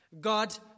God